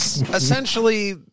essentially